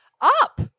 up